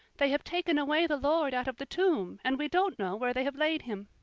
they have taken away the lord out of the tomb, and we don't know where they have laid him!